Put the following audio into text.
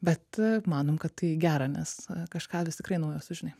bet manom kad tai į gera nes kažką vis tikrai naujo sužinai